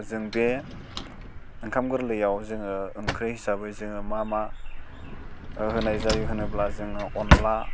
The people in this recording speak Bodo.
जों बे ओंखाम गोरलैआव जोङो ओंख्रि हिसाबै जोङो मा मा होनाय जायो होनोब्ला जोङो अनला